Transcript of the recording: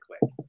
click